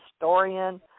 historian